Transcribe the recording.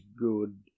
good